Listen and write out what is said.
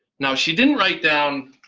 now she didn't write down